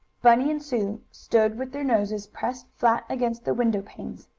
bunny and sue stood with their noses pressed flat against the window panes.